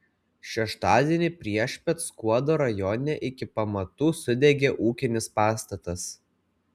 šeštadienį priešpiet skuodo rajone iki pamatų sudegė ūkinis pastatas